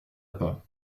pas